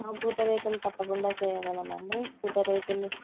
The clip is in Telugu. మా పూత రేకులు తప్పకుండా చేయగలమండి పూత రేకులు